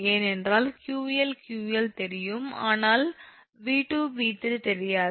ஏனென்றால் 𝑄𝐿 𝑄𝐿 தெரியும் ஆனால் 𝑉2 𝑉3 தெரியாது